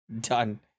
done